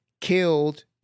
killed